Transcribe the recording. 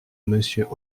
monsieur